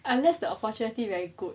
unless the opportunity very good